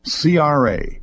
CRA